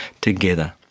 together